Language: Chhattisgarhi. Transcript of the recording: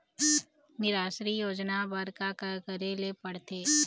निराश्री योजना बर का का करे ले पड़ते?